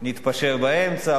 נתפשר באמצע,